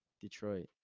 Detroit